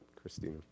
Christina